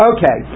Okay